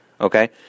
Okay